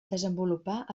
desenvolupar